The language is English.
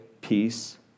peace